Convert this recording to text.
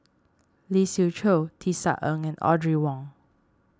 Lee Siew Choh Tisa Ng Audrey Wong